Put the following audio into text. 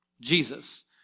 Jesus